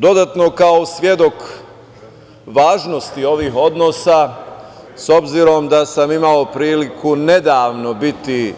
Dodatno, kao svedok važnosti ovih odnosa, s obzirom da sam imao priliku nedavno biti